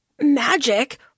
magic